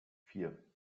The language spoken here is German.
vier